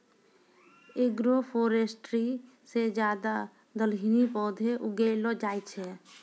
agroforestry से ज्यादा दलहनी पौधे उगैलो जाय छै